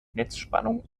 netzspannung